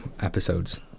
episodes